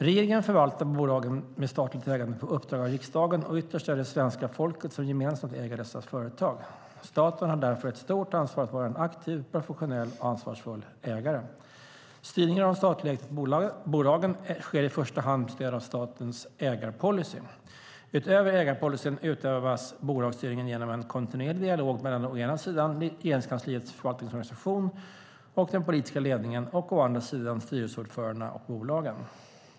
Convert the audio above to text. Regeringen förvaltar bolagen med statligt ägande på uppdrag av riksdagen och ytterst är det svenska folket som gemensamt äger dessa företag. Staten har därför ett stort ansvar att vara en aktiv, professionell och ansvarsfull ägare. Styrningen av de statligt ägda bolagen sker i första hand med stöd av statens ägarpolicy. Utöver ägarpolicyn utövas bolagsstyrningen genom en kontinuerlig dialog mellan å ena sidan Regeringskansliets förvaltningsorganisation och den politiska ledningen och å andra sidan styrelseordförandena och bolagen.